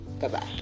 Bye-bye